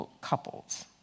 couples